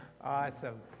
Awesome